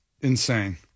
insane